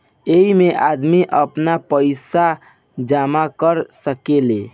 ऐइमे आदमी आपन पईसा जमा कर सकेले